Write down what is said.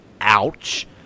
Ouch